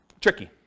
tricky